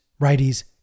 righties